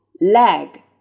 Leg